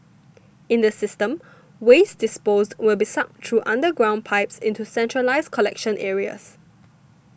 in the system waste disposed will be sucked through underground pipes into centralised collection areas